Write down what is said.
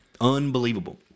Unbelievable